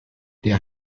der